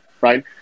right